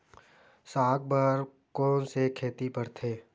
साग बर कोन से खेती परथे?